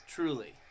Truly